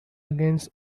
against